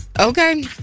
Okay